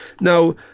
Now